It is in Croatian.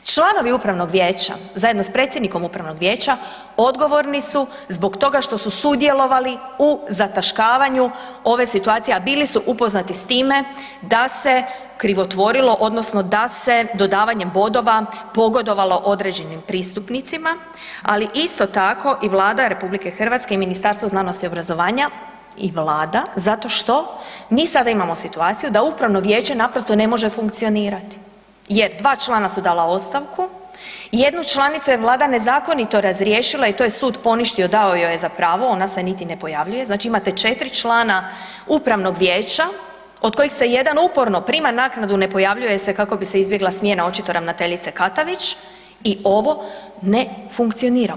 Članovi upravnog vijeća zajedno s predsjednikom upravnog vijeća odgovorni su zbog toga što su sudjelovali u zataškavanju ove situacije, a bili su upoznati s time da se krivotvorilo odnosno da se dodavanjem bodova pogodovalo određenim pristupnicima, ali isto tako i Vlada RH i Ministarstvo znanosti i obrazovanja i vlada zato što mi sada imamo situaciju da Upravno vijeće naprosto ne može funkcionirati jer dva člana su dana ostavku i jednu članicu je vlada nezakonito razriješila i to je sud poništio, dao joj je za pravo, ona se niti ne pojavljuje, znači imate 4 člana Upravnog vijeća od kojeg se jedan, uporno prima naknadu, ne pojavljuje se kako bi se izbjegla smjena očito ravnateljice Katavić i ovo ne funkcionira.